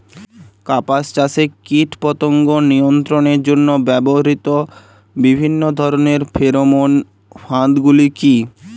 কাপাস চাষে কীটপতঙ্গ নিয়ন্ত্রণের জন্য ব্যবহৃত বিভিন্ন ধরণের ফেরোমোন ফাঁদ গুলি কী?